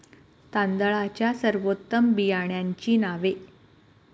तांदळाच्या सर्वोत्तम बियाण्यांची नावे?